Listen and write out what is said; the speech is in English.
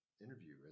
interview